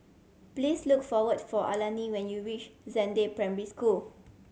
please look for what for Alani when you reach Zhangde Primary School